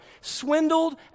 swindled